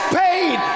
paid